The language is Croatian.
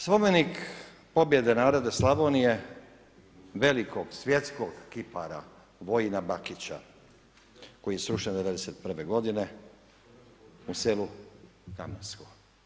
Spomenik pobjede naroda Slavonije, velikog svjetskog kipara Vojina Bakića koji je srušen '91. godine u selu Kamensko.